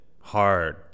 hard